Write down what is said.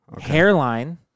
hairline